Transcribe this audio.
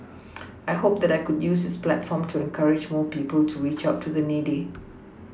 I hope that I could use this platform to encourage more people to reach out to the needy